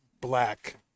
Black